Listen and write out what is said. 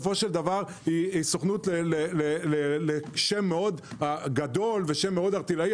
היא שם מאוד גדול וערטילאי,